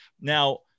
now